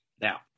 now